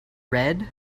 red